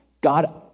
God